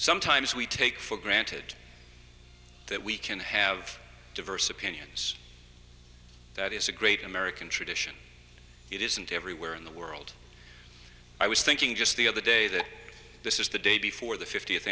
sometimes we take for granted that we can have diverse opinions that is a great american tradition it isn't everywhere in the world i was thinking just the other day that this is the day before the fiftieth